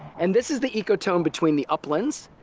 and this is the ecotone between the uplands,